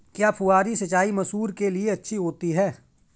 क्या फुहारी सिंचाई मसूर के लिए अच्छी होती है?